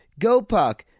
GoPuck